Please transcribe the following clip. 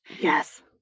Yes